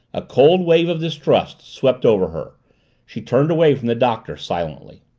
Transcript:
a cold wave of distrust swept over her she turned away from the doctor silently.